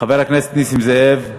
חבר הכנסת נסים זאב.